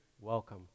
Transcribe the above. welcome